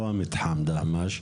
לא המתחם דהמש.